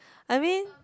I mean